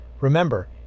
Remember